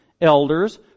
elders